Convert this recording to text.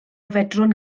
fedrwn